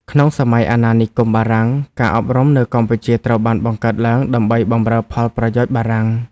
ក្នុងសម័យអាណានិគមបារាំង ការអប់រំនៅកម្ពុជាត្រូវបានបង្កើតឡើងដើម្បីបម្រើផលប្រយោជន៍បារាំង។